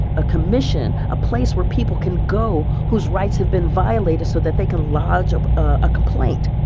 a commission, a place where people can go whose rights have been violated so that they can lodge ah a complaint.